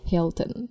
Hilton